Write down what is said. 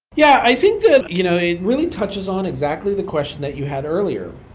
yeah. i think that you know it really touches on exactly the question that you had earlier.